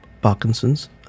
Parkinson's